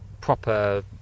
proper